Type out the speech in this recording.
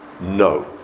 No